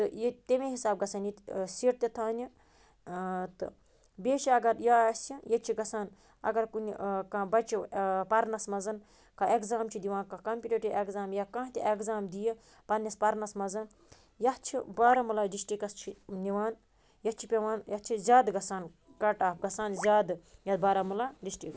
تہٕ ییٚتہِ تٔمی حسابہٕ گژھَن ییٚتہِ سیٖٹہٕ تہِ تھاونہِ تہٕ بیٚیہِ چھِ اگر یہِ آسہِ ییٚتہِ چھِ گژھان اگر کُنہِ کانٛہہ بَچہٕ پَرنَس منٛزَن کانٛہہ ایٚگزام چھِ دِوان کانٛہہ کَمٛپِٹیٹیوٗ ایٚگزام یا کانٛہہ تہِ ایٚگزام دِیہِ پَنٛنِس پَرٕنَس منٛزَن یَتھ چھِ بارہمولہ ڈِسٹرکَس چھِ نِوان یَتھ چھِ پٮ۪وان یَتھ چھِ زیادٕ گژھان کَٹ آف گژھان زیادٕ یَتھ بارہمولہ ڈِسٹرک